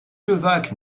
levaque